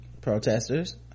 protesters